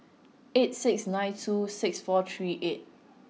eight six nine two six four three eight